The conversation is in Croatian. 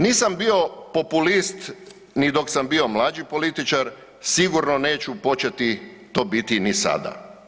Nisam bio populist ni dok sam bio mlađi političar, sigurno neću početi to biti ni sada.